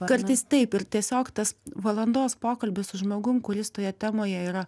kartais taip ir tiesiog tas valandos pokalbis su žmogum kuris toje temoje yra